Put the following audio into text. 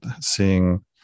seeing